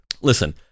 Listen